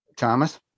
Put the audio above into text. Thomas